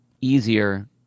easier